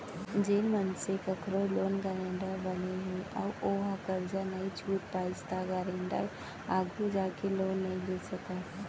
जेन मनसे कखरो लोन गारेंटर बने ह अउ ओहा करजा नइ छूट पाइस त गारेंटर आघु जाके लोन नइ ले सकय